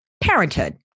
parenthood